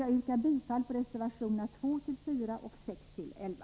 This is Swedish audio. Jag yrkar bifall till reservationerna 2-4 och 6-11.